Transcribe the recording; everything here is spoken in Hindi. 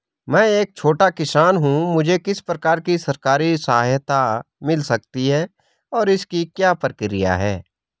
मैं एक छोटा किसान हूँ मुझे किस प्रकार की सरकारी सहायता मिल सकती है और इसकी क्या प्रक्रिया है?